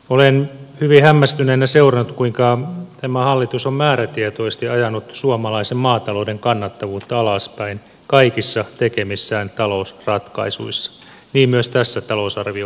olen hyvin hämmästyneenä seurannut kuinka tämä hallitus on määrätietoisesti ajanut suomalaisen maatalouden kannattavuutta alaspäin kaikissa tekemissään talousratkaisuissa niin myös tässä talousarvioesityksessä